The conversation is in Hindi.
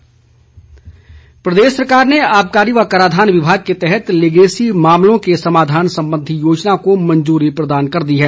लीगेसी योजना प्रदेश सरकार ने आबकारी व कराधान विभाग के तहत लीगेसी मामलों के समाधान संबंधी योजना को मंजूरी प्रदान कर दी है